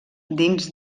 dins